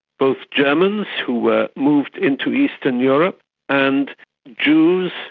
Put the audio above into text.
both germans who were moved into eastern europe and jews,